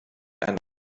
eine